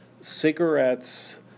cigarettes